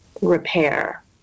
repair